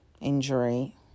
injury